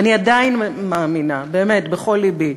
ואני עדיין מאמינה, באמת, בכל לבי.